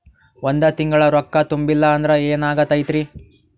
ಒಂದ ತಿಂಗಳ ರೊಕ್ಕ ತುಂಬಿಲ್ಲ ಅಂದ್ರ ಎನಾಗತೈತ್ರಿ?